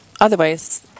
Otherwise